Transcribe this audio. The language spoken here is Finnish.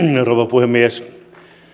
rouva puhemies